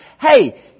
Hey